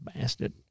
bastard